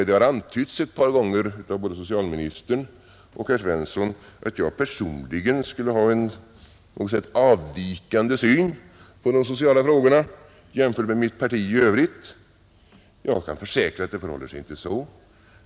Det har antytts ett par gånger av både socialministern och herr Svensson i Kungälv att jag personligen skulle ha en på något sätt avvikande syn på de sociala frågorna jämfört med mitt parti i övrigt. Jag kan försäkra att det inte förhåller sig så.